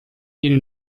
viene